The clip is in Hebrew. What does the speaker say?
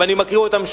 ואני מקריא ואתם שוב,